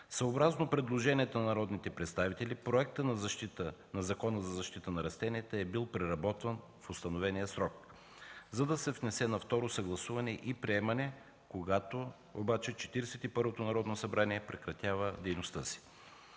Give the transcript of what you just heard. Съобразно предложенията на народните представители, Законопроектът на Закона за защита на растенията е бил преработван в установения срок, за да се внесе на второ съгласуване и приемане, когато обаче Четиридесет и първото Народно събрание прекратява дейността си.